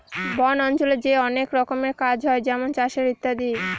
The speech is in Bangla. বন অঞ্চলে যে অনেক রকমের কাজ হয় যেমন চাষের ইত্যাদি